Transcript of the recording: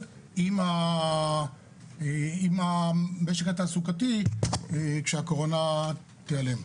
עם המשק התעסוקתי כשהקורונה תיעלם,